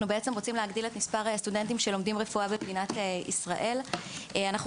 רוצים להגדיל את מספר הסטודנטים שלומדים רפואה במדינת ישראל; אנחנו